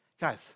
Guys